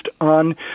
on